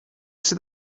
sydd